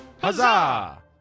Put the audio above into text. Huzzah